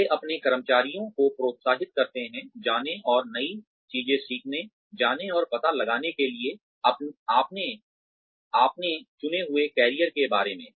वे अपने कर्मचारियों को प्रोत्साहित करते हैं जाने और नई चीजें सीखने जाने और पता लगाने के लिए अपने चुने हुए करियर के बारे में